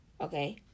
okay